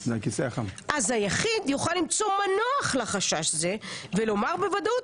אז היחיד יוכל למצוא מנוח לחשש זה ולומר בוודאות